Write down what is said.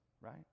right